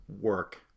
work